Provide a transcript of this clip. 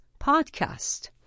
podcast